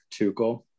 Tuchel